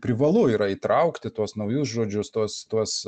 privalu yra įtraukti tuos naujus žodžius tuos tuos